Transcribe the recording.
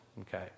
okay